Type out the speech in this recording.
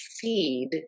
feed